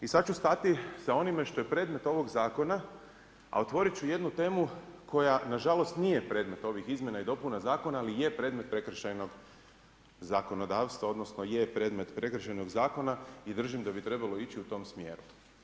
I sad ću stati sa onime što je predmet ovog zakona, a otvorit ću jednu temu koja nažalost nije predmet ovih izmjena i dopuna zakona, ali je predmet prekršajnog zakonodavstva, odnosno je predmet prekršajnog zakona i držim da bi trebalo ići u tom smjeru.